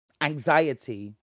anxiety